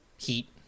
...heat